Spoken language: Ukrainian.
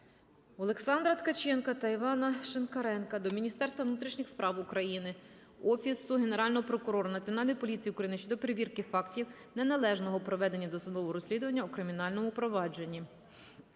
Олександра Ткаченка та Івана Шинкаренка до Міністерства внутрішніх справ України, Офісу Генерального прокурора, Національної поліції України щодо перевірки фактів неналежного проведення досудового розслідування у кримінальному провадженні.